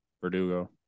Verdugo